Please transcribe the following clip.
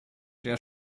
der